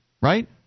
right